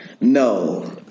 no